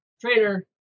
trainer